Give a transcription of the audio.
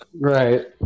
right